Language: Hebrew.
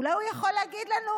אולי הוא יכול להגיד לנו